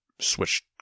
switch